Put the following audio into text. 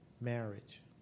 marriage